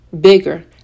bigger